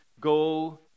go